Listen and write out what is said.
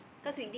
like